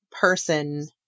person